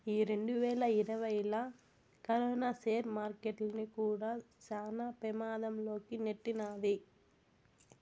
ఈ రెండువేల ఇరవైలా కరోనా సేర్ మార్కెట్టుల్ని కూడా శాన పెమాధం లోకి నెట్టినాది